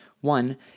One